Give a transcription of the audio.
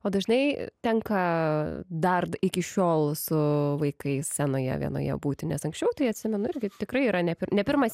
o dažnai tenka dar iki šiol su vaikais scenoje vienoje būti nes anksčiau tai atsimenu irgi tikrai yra ne ne pirmas